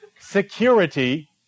security